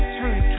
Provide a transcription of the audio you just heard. turn